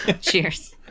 Cheers